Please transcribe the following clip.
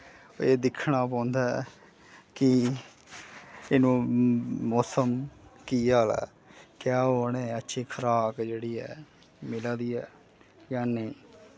एह् दिक्खना पौंदा ऐ कि एह् नो मौसम की आह्ला ऐ क्या उनें अच्छी खराक जेह्ड़ी ऐ मिला दी ऐ यां नेईं